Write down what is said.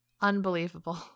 Unbelievable